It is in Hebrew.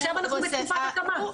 עכשיו אנחנו בתקופת הקמה.